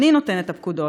אני נותן את הפקודות,